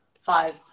five